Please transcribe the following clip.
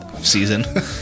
season